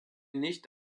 nicht